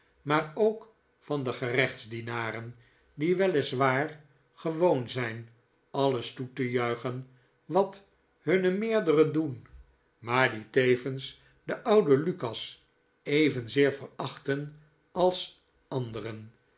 maar ook van de gerechtsdienaren die wel is waar gewoon zijn alles toe te juichen wat hunne meerdere doen maar die tevens den ouden lukas evenzeer verachtten als anderen